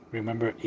Remember